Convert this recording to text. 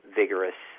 vigorous